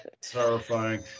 Terrifying